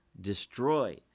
destroy